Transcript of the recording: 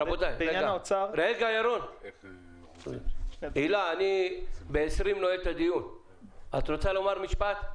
רבותיי, הילה, את רוצה לומר משפט?